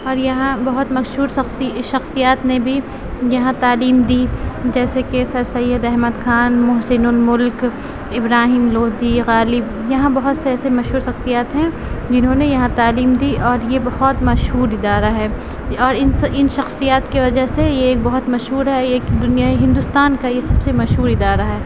اور یہاں بہت مشہور شخصیات نے بھی یہاں تعلیم دی جیسے کہ سر سید احمد خان محسن الملک ابراہیم لودھی غالب یہاں بہت سے ایسے مشہور شخصیات ہیں جنہوں نے یہاں تعلیم دی اور یہ بہت مشہور ادارہ ہے اور ان ان شخصیات کی وجہ سے یہ بہت مشہور ہے ایک دنیا ہندوستان کا یہ سب سے مشہور ادارہ ہے